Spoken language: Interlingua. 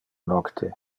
nocte